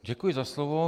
Děkuji za slovo.